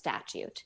statute